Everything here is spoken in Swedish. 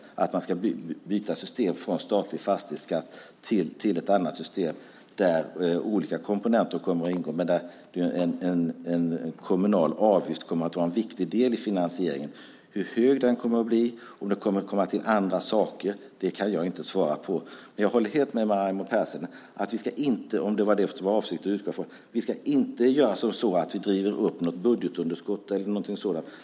Man ska alltså byta från ett system med statlig fastighetsskatt till ett system där olika komponenter kommer att ingå men där en kommunal avgift kommer att vara en viktig del i finansieringen. Hur hög den kommer att bli och om det kommer till andra saker kan jag inte svara på. Jag håller helt med Raimo Pärssinen - om det var det som var avsikten - om att vi inte ska göra så att vi driver upp budgetunderskottet eller någonting sådant.